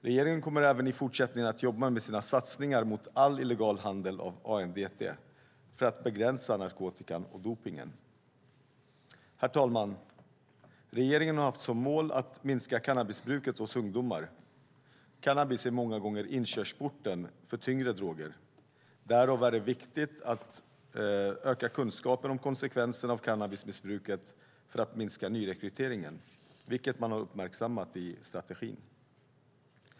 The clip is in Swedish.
Regeringen kommer även i fortsättningen att jobba med sina satsningar mot all illegal handel av ANDT för att begränsa narkotikan och dopningen. Herr talman! Regeringen har haft som mål att minska cannabisbruket bland ungdomar. Cannabis är många gånger inkörsporten för tyngre droger. Därför är det viktigt att öka kunskapen om konsekvenserna av cannabismissbruket så att nyrekryteringen kan minska, vilket man har uppmärksammat i ANDT-strategin.